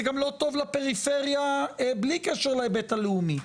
זה גם לא טוב לפריפריה בלי קשר להיבט הלאומי.